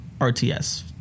RTS